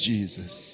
Jesus